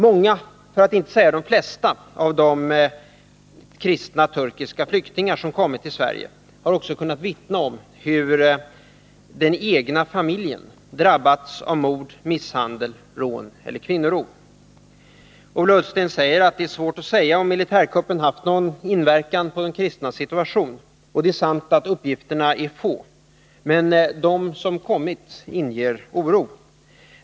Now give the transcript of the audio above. Många — för att inte säga de flesta — av de kristna turkiska flyktingar som kommit till Sverige har också kunnat vittna om hur den egna familjen drabbats av mord, misshandel, rån eller kvinnorov. Ola Ullsten säger att det är svårt att säga om militärkuppen haft någon inverkan på de kristnas situation. Och det är sant att uppgifterna är få — men de som kommit inger oro.